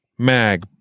mag